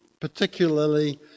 particularly